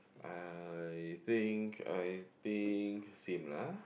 I think I think same lah